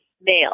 male